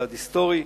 צעד היסטורי,